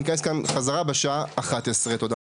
אנחנו נתכנס כאן חזרה בשעה 11:00. תודה רבה.